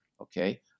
Okay